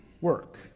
work